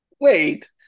Wait